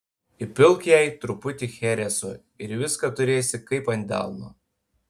įpilk jai truputį chereso ir viską turėsi kaip ant delno